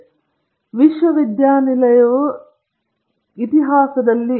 ಇದು ಐನ್ಸ್ಟೈನ್ ಸಿದ್ಧಾಂತವಾಗಿಲ್ಲದಿದ್ದರೆ ಹೊರಹಾಕಲ್ಪಟ್ಟಿದ್ದರೂ ಐನ್ಸ್ಟೀನ್ ಆ ಪ್ರಯೋಗವನ್ನು ಪ್ರಸ್ತಾಪಿಸಬೇಕಾಗಿತ್ತು